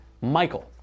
Michael